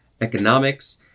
economics